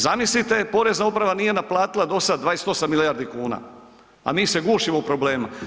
Zamislite Porezna uprava nije naplatila do sada 28 milijardi kuna, a mi se gušimo u problemima.